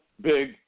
big